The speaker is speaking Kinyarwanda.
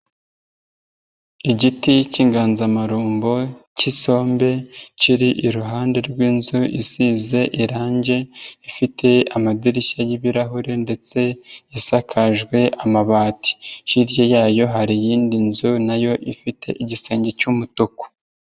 Igiti k'inganzamarumbo k'isombe kiri iruhande rw'inzu isize irange, ifite amadirishya y'ibirahure ndetse isakajwe amabati, hirya yayo hari iyindi nzu na yo ifite igisenge cy'umutuku.